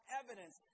evidence